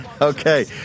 Okay